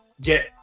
get